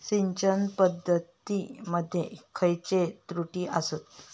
सिंचन पद्धती मध्ये खयचे त्रुटी आसत?